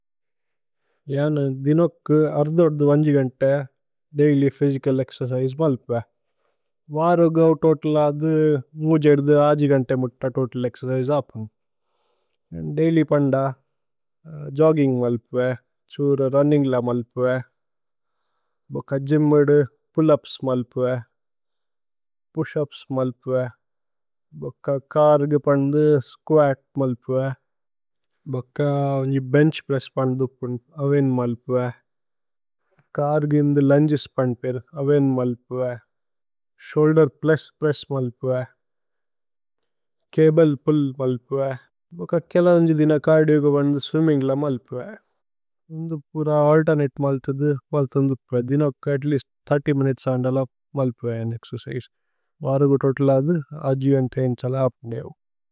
ദിനോ ക്കു അര്ധു അര്ധു വന്ജി ഗന്തേ ദൈല്യ് ഫ്യ്സിചല്। ഏക്സേര്ചിസേ മല്പ്വേ വാരു ഗൌ തോതല് ആധു മൂജ്। ഏധുധു ആജി ഗന്തേ മുത്ത തോതല് ഏക്സേര്ചിസേ ആപ്നു। ദൈല്യ് പന്ദ ജോഗ്ഗിന്ഗ് മല്പ്വേ, ഛുര് രുന്നിന്ഗ്ല। മല്പ്വേ ബോക ഗ്യ്മ് മദു പുല്ല് ഉപ്സ് മല്പ്വേ പുശ് ഉപ്സ്। മല്പ്വേ ബോക ചര്ഗു പന്ദു സ്കുഅത് മല്പ്വേ ബോക വേന്ജി। ബേന്ഛ് പ്രേസ്സ് പന്ദു ഉപ്പുന് അവൈന് മല്പ്വേ ചര്ഗു ഇന്ധു। ലുന്ഗേസ് പന്ദു പേര് അവൈന് മല്പ്വേ ശോഉല്ദേര് പ്രേസ്സ്। പ്രേസ്സ് മല്പ്വേ ചബ്ലേ പുല്ല് മല്പ്വേ ബോക കേല വേന്ജി। ദിന ചര്ദിഓ കോ വന്ദു സ്വിമ്മിന്ഗ്ല മല്പ്വേ ദിനോ പുര। അല്തേര്നതേ മല്ഥു ധു മല്ഥു അന്ധു പ്വേ ദിനോ ക്കു। അത്ലേഅസ്ത് മിനുതേസ് ആന്ദല മല്പ്വേ ഏക്സേര്ചിസേ വാരു। ഗൌ തോതല് ആധു ആജി ഗന്തേ ആന്ഛല ആപ്നു ദേവു।